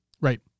Right